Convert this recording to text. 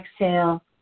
exhale